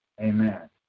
Amen